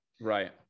Right